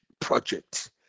project